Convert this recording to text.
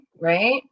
right